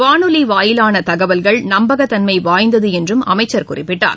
வானொலி வாயிலான தகவல்கள் நம்பகத் தன்மை வாய்ந்தது என்றும் அமைச்சர் குறிப்பிட்டார்